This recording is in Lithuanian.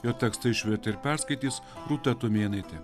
jo tekstą išvertė ir perskaitys rūta tumėnaitė